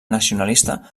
nacionalista